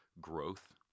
growth